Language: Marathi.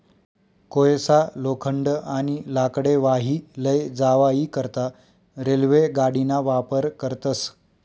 कोयसा, लोखंड, आणि लाकडे वाही लै जावाई करता रेल्वे गाडीना वापर करतस